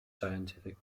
scientific